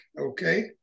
Okay